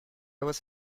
was